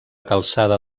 calçada